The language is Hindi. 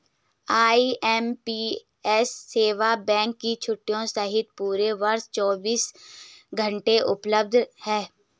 आई.एम.पी.एस सेवा बैंक की छुट्टियों सहित पूरे वर्ष चौबीस घंटे उपलब्ध है